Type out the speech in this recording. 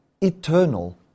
eternal